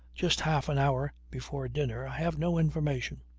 just half an hour before dinner, i have no information.